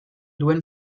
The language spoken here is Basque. duen